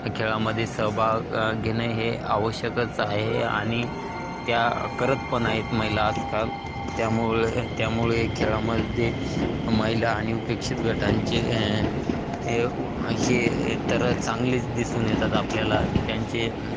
खेळामध्ये सहभाग घेणे हे आवश्यकच आहे आणि त्या करत पण आहेत महिला आजकाल त्यामुळे त्यामुळे खेळामध्ये महिला आणि उपेक्षित गटांचे हे तर चांगलेच दिसून येतात आपल्याला त्यांचे